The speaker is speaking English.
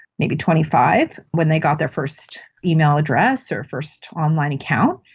maybe twenty five when they got their first email address or first online account,